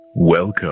Welcome